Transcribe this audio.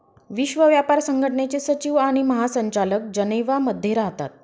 विश्व व्यापार संघटनेचे सचिव आणि महासंचालक जनेवा मध्ये राहतात